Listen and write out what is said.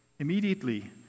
Immediately